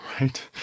right